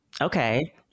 Okay